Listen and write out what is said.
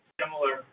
similar